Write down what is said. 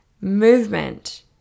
movement